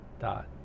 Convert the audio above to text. dot